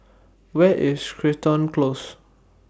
Where IS Crichton Close